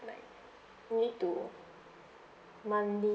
like need to monthly